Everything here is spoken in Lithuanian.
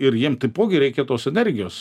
ir jiem taipogi reikia tos energijos